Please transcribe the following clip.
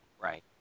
right